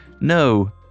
no